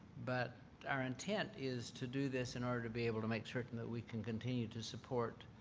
but our intent is to do this in order to be able to make certain that we can continue to support